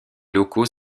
locaux